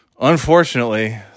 unfortunately